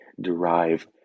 derive